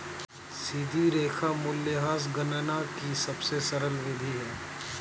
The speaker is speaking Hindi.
सीधी रेखा मूल्यह्रास गणना की सबसे सरल विधि है